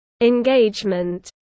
engagement